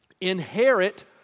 inherit